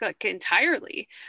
entirely